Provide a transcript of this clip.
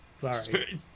Sorry